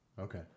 Okay